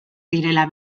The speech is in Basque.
direla